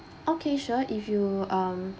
okay sure if you um